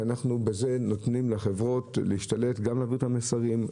שאנחנו בזה נותנים לחברות להשתלט גם על העברת המסרים,